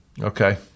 Okay